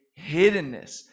hiddenness